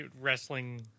wrestling